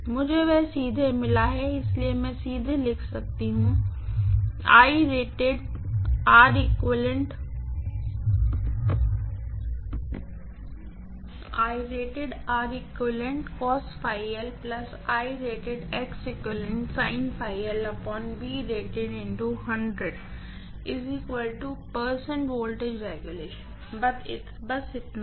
मुझे वह सीधे मिला इसलिए मैं सीधे लिख सकता हूं बस इतना ही